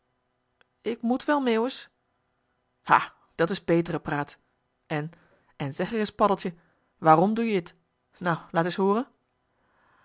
ik moet wel meeuwis ha dat is betere praat en en zeg ereis paddeltje w a a r o m doe je t nou laat eens hooren